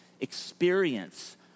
experience